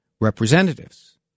representatives